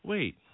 Wait